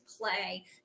play